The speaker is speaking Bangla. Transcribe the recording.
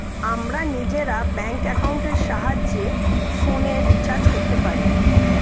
আমরা নিজেরা ব্যাঙ্ক অ্যাকাউন্টের সাহায্যে ফোনের রিচার্জ করতে পারি